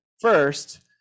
First